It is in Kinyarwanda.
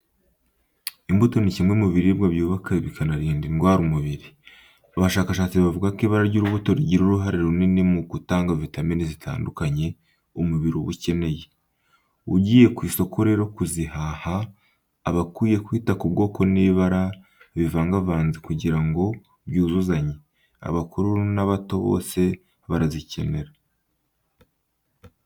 Imbuto ni kimwe mu biribwa byubaka bikanarinda indwara umubiri. Abashakashatsi bavuga ko ibara ry'urubuto rigira uruhare runini mu gutanga vitamini zitandukanye umubiri uba ukeneye. Ugiye ku isoko rero kuzihaha, aba akwiye kwita ku bwoko n'ibara bivagavanze kugira ngo byuzuzanye. Abakuru n'abato bose barazikenera.